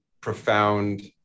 profound